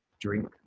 drink